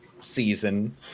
season